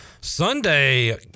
Sunday